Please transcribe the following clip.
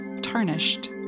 tarnished